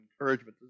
encouragement